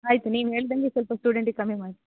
ಆಯಿತು ನೀವು ಹೇಳಿದಂಗೆ ಸ್ವಲ್ಪ ಸ್ಟೂಡೆಂಟಿಗೆ ಕಮ್ಮಿ ಮಾಡಿ